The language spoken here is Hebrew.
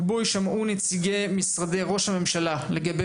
ובו ישמעו נציגי משרדי ראש הממשלה לגבי